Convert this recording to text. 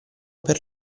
per